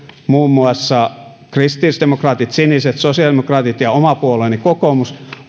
muun muassa kristillisdemokraatit siniset sosiaalidemokraatit ja oma puolueeni kokoomus